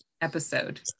episode